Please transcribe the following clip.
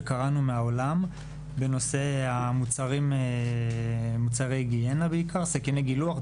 שקראנו בנושא מוצרי היגיינה: סכיני גילוח,